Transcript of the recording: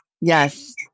Yes